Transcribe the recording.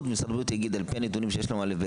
ומשרד הבריאות יגיד על פי נתונים שיש לנו א',